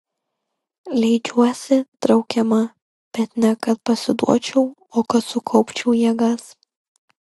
leidžiuosi traukiama bet ne kad pasiduočiau o kad sukaupčiau jėgas